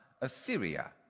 Assyria